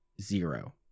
zero